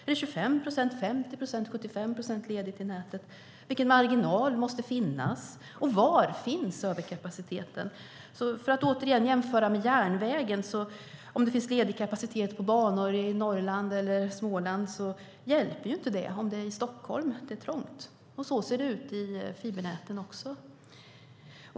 Är det 25 procent, 50 procent, 75 procent ledigt i nätet? Vilken marginal måste finnas? Och var finns överkapaciteten? Vi kan återigen jämföra med järnvägen. Om det finns ledig kapacitet på banor i Norrland eller Småland hjälper det ju inte om det är i Stockholm som det är trångt. Och så ser det ut i fibernäten också.